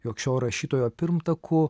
jog šio rašytojo pirmtaku